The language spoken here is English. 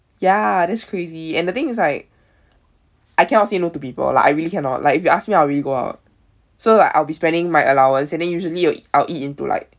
ya that's crazy and the thing is like I cannot say no to people like I really cannot like if you ask me I'll really go out so like I'll be spending my allowance and then usually it'll I'll eat into like